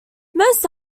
most